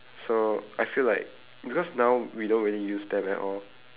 so I feel like because now we don't really use them at all